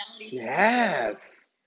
yes